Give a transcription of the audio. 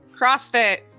CrossFit